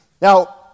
Now